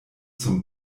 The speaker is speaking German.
zum